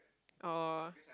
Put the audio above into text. oh